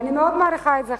אני מאוד מעריכה את זה,